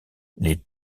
les